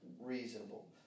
reasonable